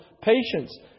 patience